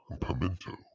pimento